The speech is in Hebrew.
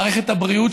מערכת הבריאות,